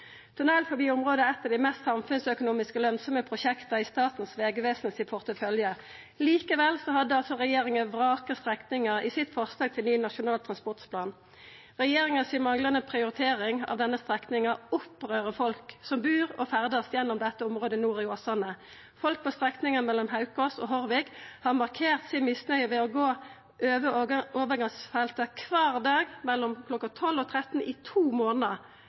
Tunnel forbi området er eit av dei mest samfunnsøkonomisk lønsame prosjekta i Statens vegvesens portefølje. Likevel hadde altså regjeringa vraka strekninga i forslaget til ny Nasjonal transportplan. Regjeringa si manglande prioritering av denne strekninga gjer folk som bur i og ferdast gjennom dette området nord i Åsane, opprørte. Folk frå strekninga mellom Haukås og Hordvik har markert misnøya si ved å gå over overgangsfeltet kvar dag mellom klokka 12 og 13 i to månader,